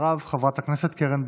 אחריו חברת הכנסת קרן ברק.